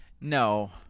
no